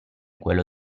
quello